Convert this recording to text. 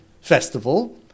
festival